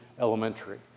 elementary